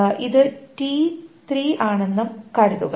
ഇത് ts ആണെന്നും കരുതുക